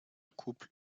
couple